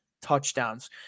Touchdowns